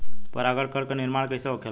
पराग कण क निर्माण कइसे होखेला?